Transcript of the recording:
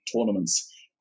Tournaments